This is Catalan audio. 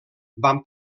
van